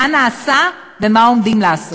מה נעשה ומה עומדים לעשות.